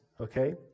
okay